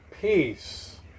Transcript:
Peace